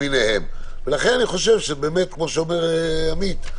למיניהן, לכן אני חושב, כמו שאומר עמית,